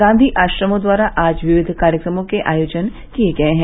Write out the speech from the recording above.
गांधी आश्रमों द्वारा आज विविध कार्यक्रमों के आयोजन किए गये हैं